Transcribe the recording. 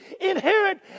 inherent